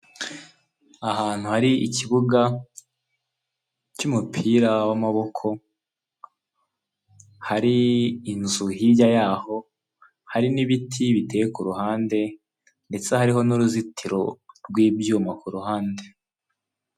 Ahantu hari ikibuga cy'umupira w'amaboko hari inzu hirya yaho hari n'ibiti biteye kuruhande ndetse hariho n'uruzitiro rw'ibyuma kuruhande.